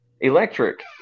electric